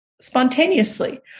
spontaneously